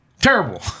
Terrible